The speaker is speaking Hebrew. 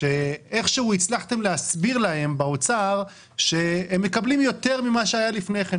שאיכשהו הצלחתם להסביר להם באוצר שהם מקבלים יותר ממה שהיה לפני כן.